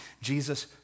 Jesus